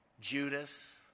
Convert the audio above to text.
Judas